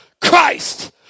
Christ